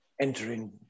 entering